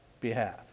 behalf